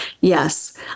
Yes